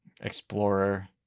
Explorer